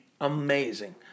Amazing